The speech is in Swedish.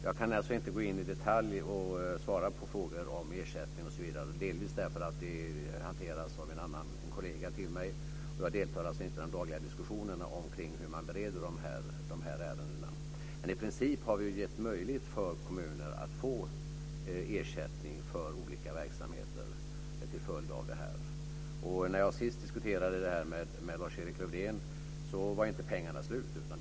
Jag kan alltså inte gå in i detalj och svara på frågor om ersättning osv., delvis därför att frågorna hanteras av en annan kollega. Jag deltar alltså inte i de dagliga diskussionerna kring hur dessa ärenden bereds. I princip har vi gett möjlighet för kommuner att få ersättning för olika verksamheter. När jag sist diskuterade detta med Lars-Erik Lövdén var pengarna inte slut.